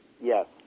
Yes